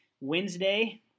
Wednesday